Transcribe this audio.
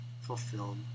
fulfilled